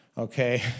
Okay